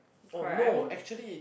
oh no actually